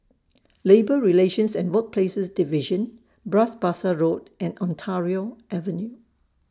Labour Relations and Workplaces Division Bras Basah Road and Ontario Avenue